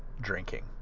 drinking